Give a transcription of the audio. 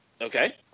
Okay